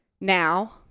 now